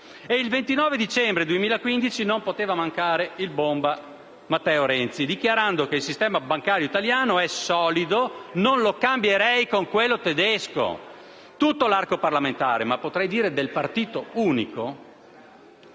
Il 29 dicembre 2015 non poteva mancare "il bomba", Matteo Renzi, il quale ha dichiarato che «il sistema bancario italiano è solido» e «non lo cambierei con quello tedesco». Tutto l'arco parlamentare, ma potrei dire del partito unico,